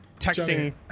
texting